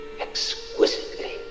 exquisitely